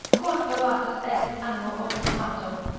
quod paratus esset animo obfirmato,